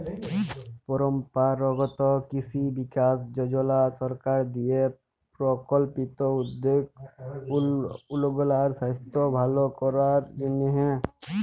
পরম্পরাগত কিসি বিকাস যজলা সরকার দিঁয়ে পরিকল্পিত উদ্যগ উগলার সাইস্থ্য ভাল করার জ্যনহে